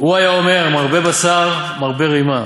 "הוא היה אומר: מרבה בשר, מרבה רימה.